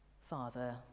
Father